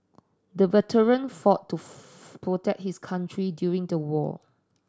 the veteran fought to protect his country during the war